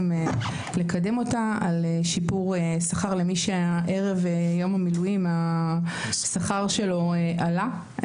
לקדם אותה לגבי שיפור השכר למי שערב יום המילואים השכר שלו עלה,